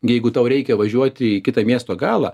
jeigu tau reikia važiuoti į kitą miesto galą